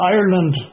Ireland